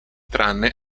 tranne